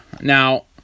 now